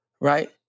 right